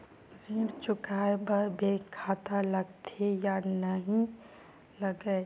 ऋण चुकाए बार बैंक खाता लगथे या नहीं लगाए?